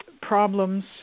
problems